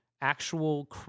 actual